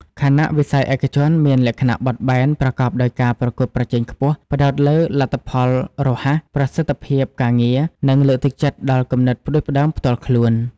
ខណៈវិស័យឯកជនមានលក្ខណៈបត់បែន ប្រកបដោយការប្រកួតប្រជែងខ្ពស់ ផ្តោតលើលទ្ធផលរហ័ស ប្រសិទ្ធភាពការងារ និងលើកទឹកចិត្តដល់គំនិតផ្តួចផ្តើមផ្ទាល់ខ្លួន។